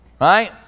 right